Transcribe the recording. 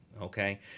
Okay